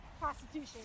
Prostitution